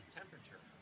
temperature